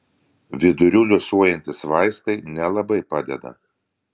vidurių liuosuojantys vaistai nelabai padeda